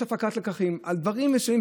יש הפקת לקחים על דברים מסוימים,